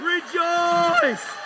Rejoice